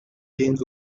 james